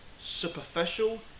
superficial